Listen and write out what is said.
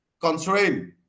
constraint